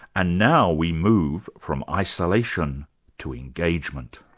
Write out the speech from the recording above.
and now we move from isolation to engagement.